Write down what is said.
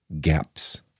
gaps